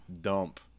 dump